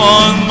on